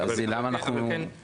הוא יכול להמליץ.